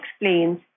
explains